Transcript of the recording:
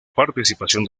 participación